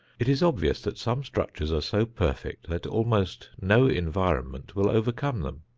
it is obvious that some structures are so perfect that almost no environment will overcome them.